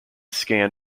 scan